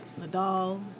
Nadal